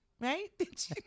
Right